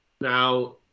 Now